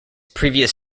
previous